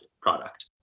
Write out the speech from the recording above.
product